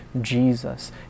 Jesus